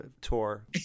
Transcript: tour